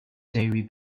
dairy